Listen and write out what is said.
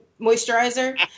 moisturizer